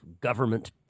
government